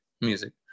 music